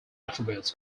attributes